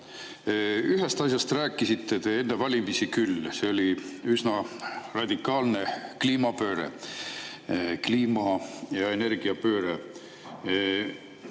Ühest asjast rääkisite te enne valimisi küll, see oli üsna radikaalne kliimapööre, kliima‑ ja energiapööre.